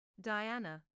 Diana